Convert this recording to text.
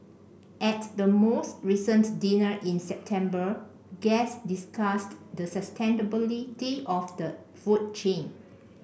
at the most recent dinner in September guests discussed the sustainability of the food chain